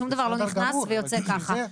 שום דבר לא נכנס ויוצא ככה.